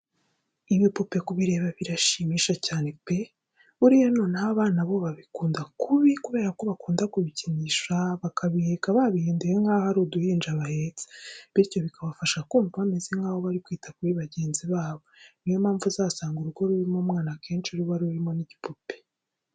Ibipupe kubireba birashimisha cyane pe! Buriya noneho abana bo babikunda kubi kubera ko bakunda kubikinisha, bakabiheka babihinduye nkaho ari uduhinja bahetse, bityo bikabafasha kumva bameze nkaho bari kwita kuri bagenzi babo. Ni yo mpamvu uzasanga urugo rurimo umwana akenshi ruba rurimo n'igipupe.